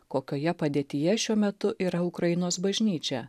kokioje padėtyje šiuo metu yra ukrainos bažnyčia